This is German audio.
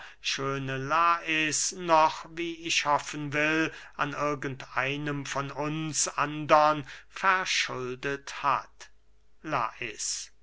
schöne lais noch wie ich hoffen will an irgend einem von uns andern verschuldet hat lais